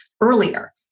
earlier